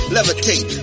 Levitate